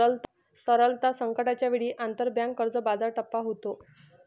सहसा, तरलता संकटाच्या वेळी, आंतरबँक कर्ज बाजार ठप्प होतो